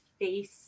face